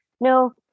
no